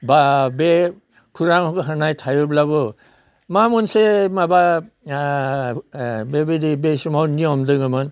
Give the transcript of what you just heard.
दा बे खुरां होनाय थायोब्लाबो मा मोनसे माबा बेबायदि बे समाव नियम दोङोमोन